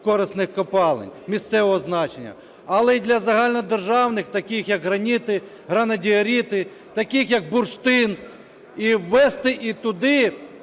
корисних копалин, місцевого значення, але і для загальнодержавних, таких як граніти, гранодіарити, таких як бурштин. І ввести і туди